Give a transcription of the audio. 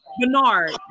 Bernard